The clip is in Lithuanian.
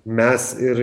mes ir